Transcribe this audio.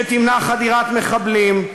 שתמנע חדירת מחבלים.